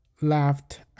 left